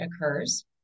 occurs